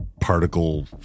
particle